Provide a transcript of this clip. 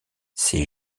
ces